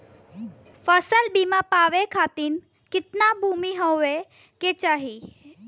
फ़सल बीमा पावे खाती कितना भूमि होवे के चाही?